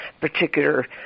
particular